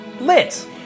Lit